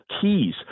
keys